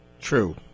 true